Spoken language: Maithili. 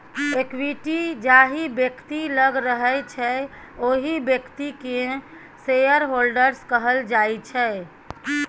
इक्विटी जाहि बेकती लग रहय छै ओहि बेकती केँ शेयरहोल्डर्स कहल जाइ छै